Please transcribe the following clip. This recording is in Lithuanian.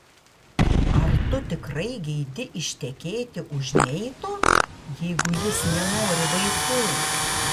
ar tu tikrai geidi ištekėti už neito jeigu jis nenori vaikų